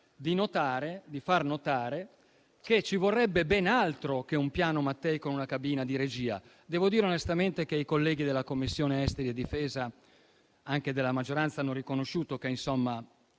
di far notare che ci vorrebbe ben altro che un Piano Mattei con una cabina di regia. Devo dire onestamente che i colleghi della Commissione affari esteri e difesa, anche della maggioranza, hanno riconosciuto che si